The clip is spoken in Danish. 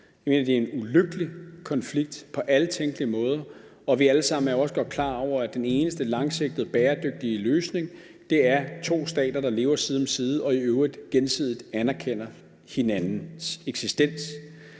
det er en ulykkelig konflikt på alle tænkelige måder, og vi er alle sammen også godt klar over, at den eneste langsigtede bæredygtige løsning er to stater, der lever side om side og i øvrigt gensidigt anerkender hinandens eksistens.